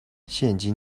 现今